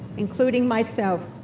including myself,